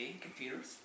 computers